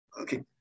okay